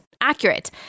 accurate